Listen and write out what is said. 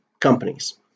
companies